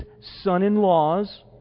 son-in-laws